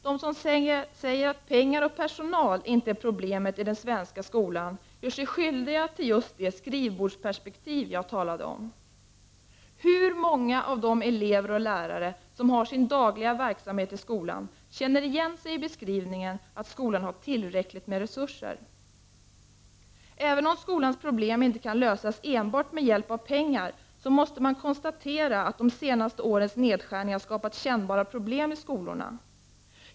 De som säger att pengar och personal inte är problemet i den svenska skolan gör sig skyldiga till just det skrivbordsperspektiv jag talade om. Hur många av de elever och lärare som har sin dagliga verksamhet i skolan känner igen sig i beskrivningen att skolan har tillräckliga resurser? Även om skolans problem inte kan lösas enbart med hjälp av pengar, så måste man konstatera att de senaste årens nedskärningar skapat kännbara problem i skolorna.